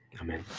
amen